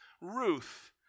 Ruth